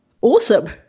Awesome